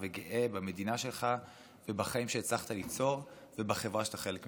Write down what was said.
וגאה במדינה שלך ובחיים שהצלחת ליצור ובחברה שאתה חלק ממנה.